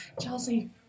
Chelsea